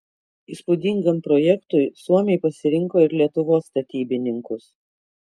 įspūdingam projektui suomiai pasirinko ir lietuvos statybininkus